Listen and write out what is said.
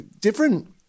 different